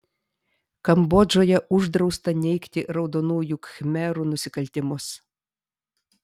kambodžoje uždrausta neigti raudonųjų khmerų nusikaltimus